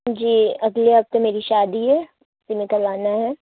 جی اگلے ہفتے میری شادی ہے اسی میں کروانا ہے